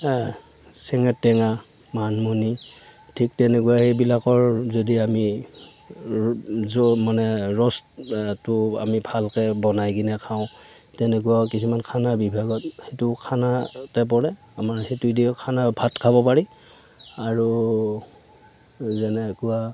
ছেঙা টেঙা মানিমুনি ঠিক তেনেকুৱা এইবিলাকৰ যদি আমি মানে ৰ'ছতো আমি ভালকৈ বনাই কিনে খাওঁ তেনেকুৱাও কিছুমান খানা বিভাগত সেইটো খানাতে পৰে আমাৰ সেইটো দিয়ে খানাও ভাত খাব পাৰি আৰু যেনেকুৱা